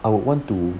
I would want to